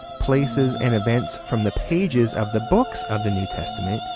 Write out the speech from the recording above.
places and events from the pages of the books of the new testament,